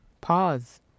Pause